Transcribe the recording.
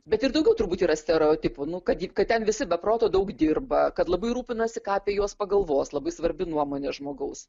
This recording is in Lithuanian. bet ir daugiau turbūt yra stereotipų nu kad ji kad ten visi be proto daug dirba kad labai rūpinasi ką apie juos pagalvos labai svarbi nuomonė žmogaus